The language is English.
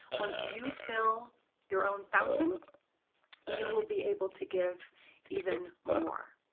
once you fill your own fountain you will be able to give even more.